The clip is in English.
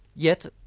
yet,